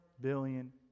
billion